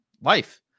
Life